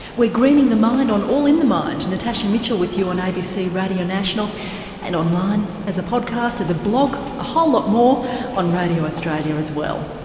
we're greening the mind on all in the mind, natasha mitchell with you on abc radio national and online, as a podcast, a blog a whole lot more on radio australia as well.